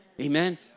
amen